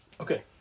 Okay